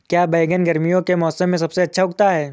क्या बैगन गर्मियों के मौसम में सबसे अच्छा उगता है?